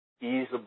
easily